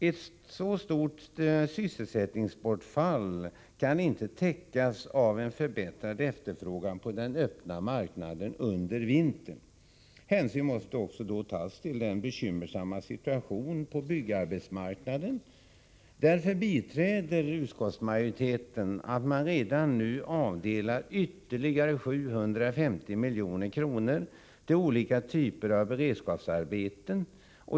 Ett så stort sysselsättningsbortfall kan inte täckas av en förbättrad efterfrågan på den öppna marknaden under vintern. Hänsyn måste också tas till den bekymmersamma situationen på byggarbetsmarknaden. Därför biträder utskottsmajoriteten förslaget att man redan nu skall avdela ytterligare 750 milj.kr. till olika typer av beredskapsarbeten.